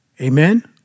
Amen